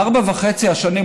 בארבע וחצי שנים,